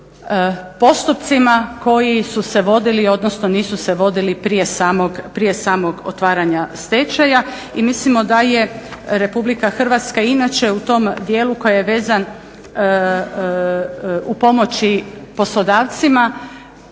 sa postupcima koji su se vodili, odnosno nisu se vodili prije samog otvaranja stečaja. I mislimo da je Republika Hrvatska inače u tom dijelu koji je vezan u pomoći poslodavcima